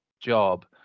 job